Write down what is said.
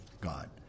God